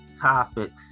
topics